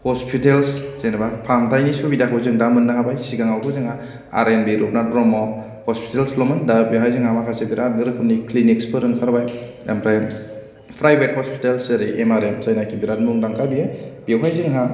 hospitals जेनेबा फाहामथाइ सुबिदाखौ जों दा मोननो हाबाय सिगाङावथ' जोंहा R N B Rupnath Brahma हस्पितालसल'मोन दा बेवहाय जोंहा मोखासे बिरात राखोमनि क्लिनिकसफोर ओंखारबाय ओमफ्राय प्राइभेट हस्पितालस ओरै एम आर एम बिरात मुंदांखा बेयो बेवहाय जोंहा